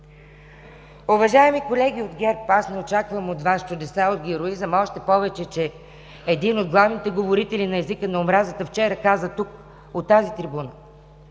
Уважаеми колеги от ГЕРБ, аз не очаквам от Вас чудеса от героизъм, още повече че един от главните говорители на езика на омразата вчера каза тук, от тази трибуна,